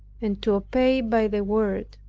and to obey by the word.